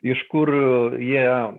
iš kur jie